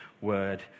word